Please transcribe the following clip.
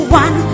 one